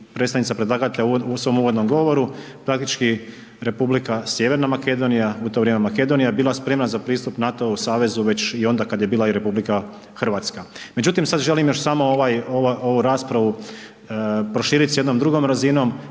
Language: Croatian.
predstavnica predlagatelja u svom uvodnom govoru, praktički Republika Sjeverna Makedonija, u to vrijeme, Makedonija je bila spremna za pristup NATO-ovom savezu već i onda kada je bila RH. Međutim, sada želim još samo ovu raspravu proširiti s jednom drugoj razinom,